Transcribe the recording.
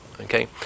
okay